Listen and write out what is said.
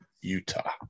Utah